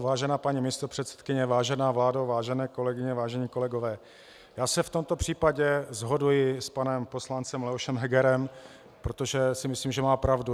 Vážená paní místopředsedkyně, vážená vládo, vážené kolegyně, vážení kolegové, já se v tomto případě shoduji s panem poslancem Leošem Hegerem, protože si myslím, že má pravdu.